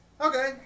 Okay